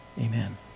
Amen